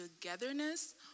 togetherness